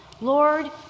Lord